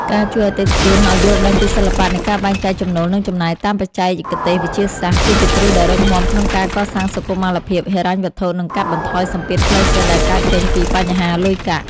ការជួយអតិថិជនឱ្យយល់ដឹងពីសិល្បៈនៃការបែងចែកចំណូល និងចំណាយតាមបច្ចេកទេសវិទ្យាសាស្ត្រ គឺជាគ្រឹះដ៏រឹងមាំក្នុងការកសាងសុខុមាលភាពហិរញ្ញវត្ថុ និងកាត់បន្ថយសម្ពាធផ្លូវចិត្តដែលកើតចេញពីបញ្ហាលុយកាក់។